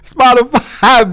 Spotify